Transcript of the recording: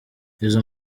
izo